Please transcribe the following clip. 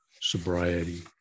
sobriety